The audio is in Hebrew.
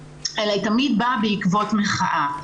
ותמיד היא באה בעקבות מחאה.